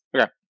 Okay